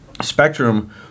spectrum